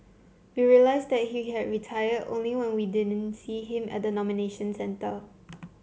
we realised that he had retired only when we didn't see him at the nomination centre